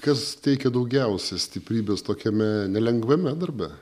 kas teikia daugiausia stiprybės tokiame nelengvame darbe dabar